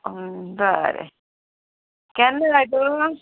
बरें केन्ना जाय तर